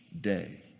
day